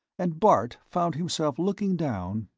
and bart found himself looking down,